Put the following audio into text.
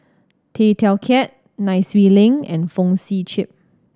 Tay Teow Kiat Nai Swee Leng and Fong Sip Chee